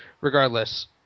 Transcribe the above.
regardless